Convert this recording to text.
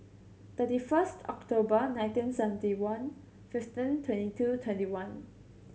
thirty first October nineteen seventy one fifteen twenty two twenty one